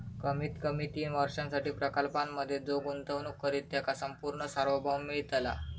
कमीत कमी तीन वर्षांसाठी प्रकल्पांमधे जो गुंतवणूक करित त्याका संपूर्ण सार्वभौम मिळतला